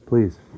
Please